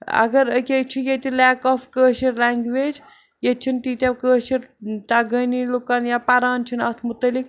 اگر أکہِ چھِ ییٚتہِ لیک آف کٲشِر لنٛگویج ییٚتہِ چھِنہٕ تیٖتیاہ کٲشِر تَگٲنی لوٗکَن یا پران چھِنہٕ اَتھ متعلق